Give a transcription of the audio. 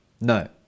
no